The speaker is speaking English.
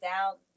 out